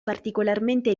particolarmente